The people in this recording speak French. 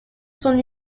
son